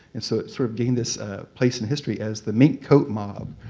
and so it sort of gained this place in history as the mink coat mob,